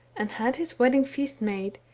and had his wedding feast made,